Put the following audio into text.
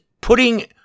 putting